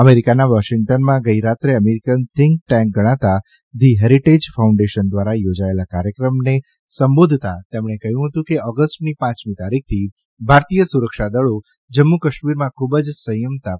અમેરિકાના વોશિંગ્ટનમાં ગઈ રાત્રે અમેરિકન થીંક ટેન્ક ગણાતા ધી હેરીટેજ ફાઉન્ડેશન દ્વારા યોજાયેલા કાર્યક્રમને સંબોધતાં તેમણે કહ્યું કે ઓગસ્ટની પાંચમી તારીખથી ભારતીય સુરક્ષા દળો જમ્મુ કાશ્મીરમાં ખુબ જ સંયમતા પૂર્વક વર્તી રહ્યા છે